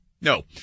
No